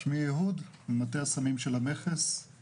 שמי אהוד ממטה הסמים של המכס,